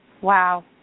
Wow